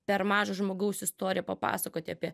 per mažo žmogaus istoriją papasakoti apie